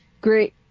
Great